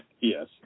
Yes